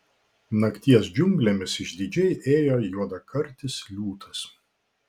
nakties džiunglėmis išdidžiai ėjo juodakartis liūtas